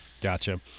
Gotcha